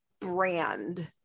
brand